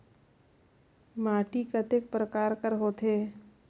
माटी कतेक परकार कर होथे?